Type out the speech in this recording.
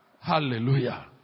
Hallelujah